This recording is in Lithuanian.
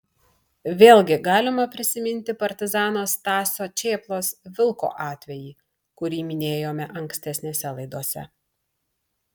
vėlgi galima prisiminti partizano stasio čėplos vilko atvejį kurį minėjome ankstesnėse laidose